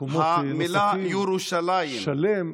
במקומות נוספים "שלם".